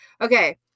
Okay